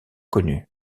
connue